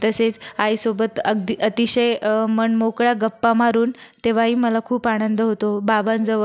तसेच आईसोबत अगदी अतिशय मनमोकळ्या गप्पा मारून तेव्हाही मला खूप आनंद होतो बाबांजवळ